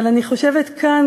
אבל אני חושבת כאן,